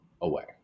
away